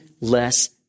less